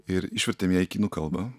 ir išvertėm ją į kinų kalbą